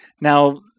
Now